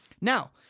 Now